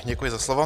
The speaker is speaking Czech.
Děkuji za slovo.